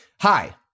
Hi